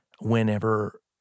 whenever